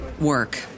work